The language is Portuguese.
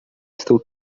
estou